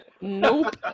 Nope